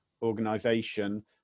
organization